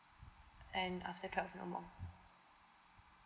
and after